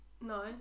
No